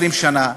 20 שנה.